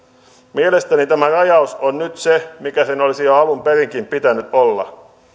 mielestäni tämä rajaus on nyt se mikä sen olisi jo alun perinkin pitänyt olla